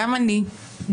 גם אני,